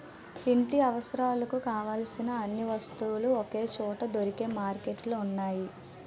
ఇంటి అవసరాలకు కావలసిన అన్ని వస్తువులు ఒకే చోట దొరికే మార్కెట్లు ఉన్నాయి